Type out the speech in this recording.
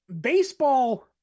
baseball